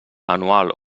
anual